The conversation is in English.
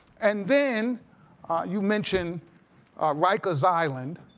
and then you mentioned rikers island.